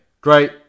Great